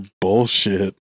bullshit